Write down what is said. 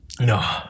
No